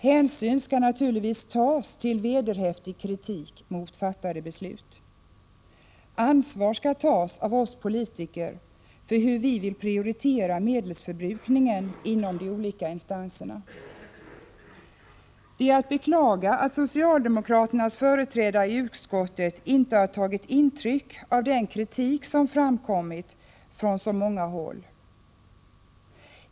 Hänsyn skall naturligtvis tas till vederhäftig kritik mot fattade beslut. Ansvar skall tas av oss politiker för hur vi vill prioritera medelsförbrukningen inom de olika instanserna. Det är att beklaga att socialdemokraternas företrädare i utskottet inte har tagit intryck av den kritik som framförts från många håll.